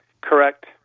Correct